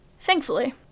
Thankfully